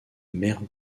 mère